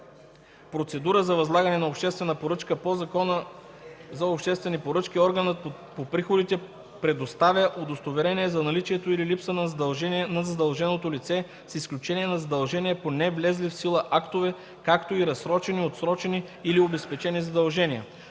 процедура за възлагане на обществена поръчка по Закона за обществените поръчки, органът по приходите предоставя удостоверение за наличието или липсата на задължения на задължено лице, с изключение на задължения по невлезли в сила актове, както и разсрочени, отсрочени или обезпечени задължения.”